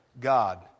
God